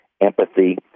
empathy